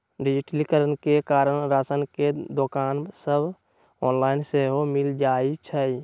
डिजिटलीकरण के कारण राशन के दोकान सभ ऑनलाइन सेहो मिल जाइ छइ